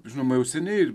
žinoma jau seniai